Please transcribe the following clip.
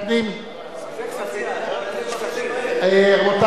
אפשר גם בוועדת הפנים אומנם,